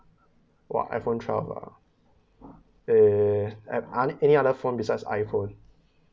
!wah! iphone twelve uh uh any other phone besides iphone